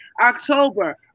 October